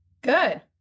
Good